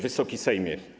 Wysoki Sejmie!